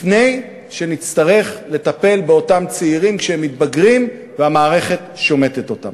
לפני שנצטרך לטפל באותם צעירים כשהם מתבגרים והמערכת שומטת אותם.